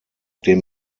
dem